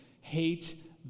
Hate